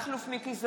מכלוף מיקי זוהר,